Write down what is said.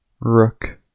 Rook